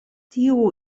tiu